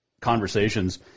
conversations